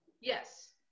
Yes